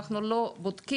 אנחנו לא בודקים,